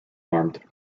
harmed